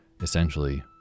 essentially